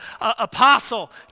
apostle